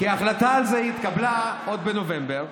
כי החלטה על זה התקבלה עוד בנובמבר,